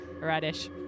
Radish